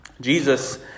Jesus